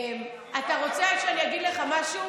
אתה רוצה שאני אגיד לך משהו?